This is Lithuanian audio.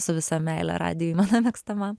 su visa meile radijuj mano mėgstamam